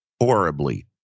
horribly